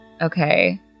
okay